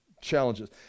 challenges